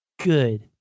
Good